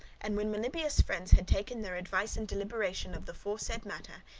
and when meliboeus' friends had taken their advice and deliberation of the foresaid matter,